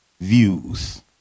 views